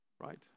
Right